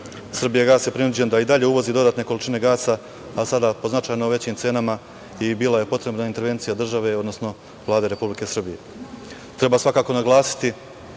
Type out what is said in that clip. „Srbijagas“ je prinuđen da i dalje uvozi dodatne količine gasa, a sada po značajno većim cenama. Bila je potrebna intervencija države, odnosno Vlade Republike Srbije. Treba naglasiti